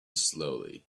slowly